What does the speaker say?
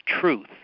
truth